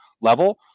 level